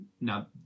Now